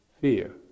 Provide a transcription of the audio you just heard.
fear